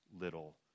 little